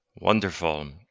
Wonderful